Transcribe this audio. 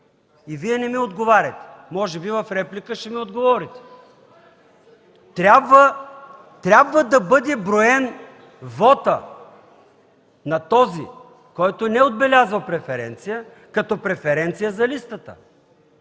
И Вие не ми отговаряте. Може би в реплика ще ми отговорите. (Реплики от ДПС.) Трябва да бъде броен вотът на този, който не отбелязва преференция, като преференция за листата.